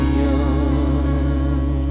young